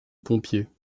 pompiers